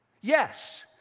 Yes